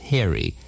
Harry